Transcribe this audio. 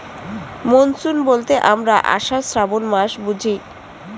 monsoon বলতে আমরা আষাঢ়, শ্রাবন মাস বুঝি